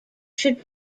should